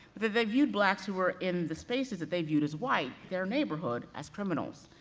that they viewed blacks who were in the spaces that they viewed as white, their neighborhood, as criminals,